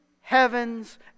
heaven's